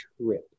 trip